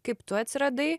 kaip tu atsiradai